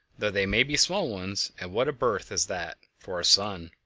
though they may be small ones and what a birth is that for a sun!